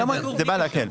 זה בא להקל.